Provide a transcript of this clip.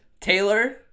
Taylor